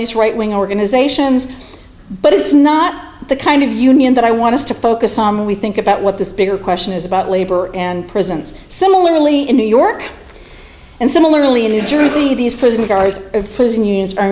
these right wing organizations but it's not the kind of union that i want to focus on when we think about what this bigger question is about labor and prisons similarly in new york and similarly in new jersey these prison guards of prison unions are